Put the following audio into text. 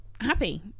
happy